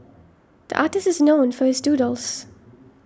the artist is known for his doodles